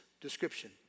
description